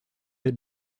had